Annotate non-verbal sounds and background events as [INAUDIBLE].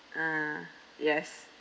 [BREATH] ah yes